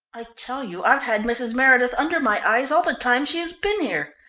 i tell you i've had mrs. meredith under my eyes all the time she has been here.